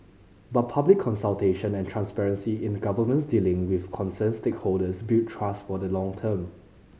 but public consultation and transparency in the government's dealing with concerned stakeholders build trust for the long term